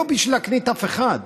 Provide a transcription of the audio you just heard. לא בשביל להקניט אף אחד.